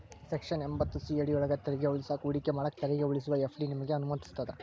section ಎಂಭತ್ತು C ಅಡಿಯೊಳ್ಗ ತೆರಿಗೆ ಉಳಿಸಾಕ ಹೂಡಿಕೆ ಮಾಡಾಕ ತೆರಿಗೆ ಉಳಿಸುವ ಎಫ್.ಡಿ ನಿಮಗೆ ಅನುಮತಿಸ್ತದ